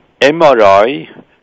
MRI